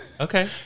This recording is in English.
Okay